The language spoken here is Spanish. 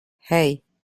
hey